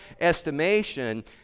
estimation